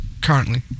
currently